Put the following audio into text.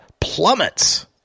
plummets